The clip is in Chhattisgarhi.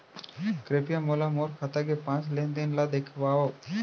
कृपया मोला मोर खाता के पाँच लेन देन ला देखवाव